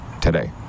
today